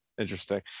interesting